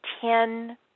ten